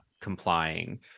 complying